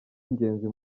ingenzi